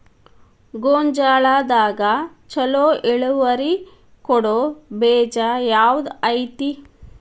ಗೊಂಜಾಳದಾಗ ಛಲೋ ಇಳುವರಿ ಕೊಡೊ ಬೇಜ ಯಾವ್ದ್ ಐತಿ?